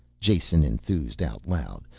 jason enthused out loud,